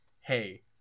hey